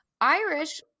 Irish